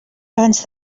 abans